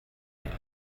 mehr